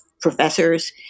professors